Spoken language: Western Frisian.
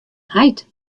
heit